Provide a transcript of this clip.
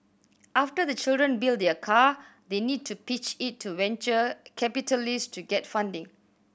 after the children build their car they need to pitch it to venture capitalist to get funding